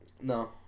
No